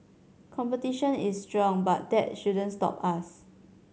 competition is strong but that shouldn't stop us